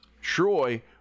Troy